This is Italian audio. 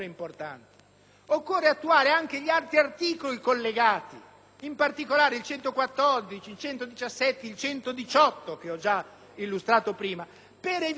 Occorre attuare anche gli altri articoli collegati: in particolare, il 114, il 117 e il 118, che ho già illustrato prima, per evitare